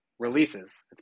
releases